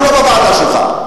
אנחנו לא בוועדה שלך.